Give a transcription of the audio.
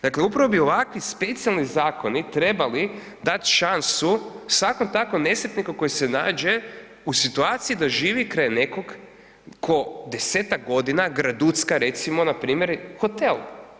Dakle upravo bi ovakvi specijalni zakonu trebali dati šansu svakom takvom nesretniku koji se nađe u situaciji da živi kraj nekog tko 10-tak godina graducka recimo, npr. hotel.